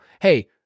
Hey